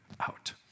out